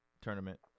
tournament